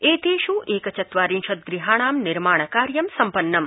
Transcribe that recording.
एतेष् एक चत्वारिंशत् गृहाणां निर्माण कार्यं सम्पन्नम्